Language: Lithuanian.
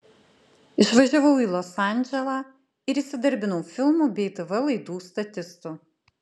išvažiavau į los andželą ir įsidarbinau filmų bei tv laidų statistu